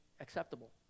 acceptable